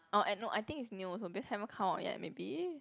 orh I know I think it's new also because haven't come out yet maybe